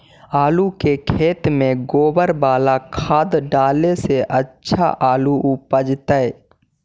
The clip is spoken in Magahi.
आलु के खेत में गोबर बाला खाद डाले से अच्छा आलु उपजतै?